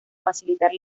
facilitar